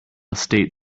state